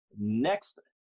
Next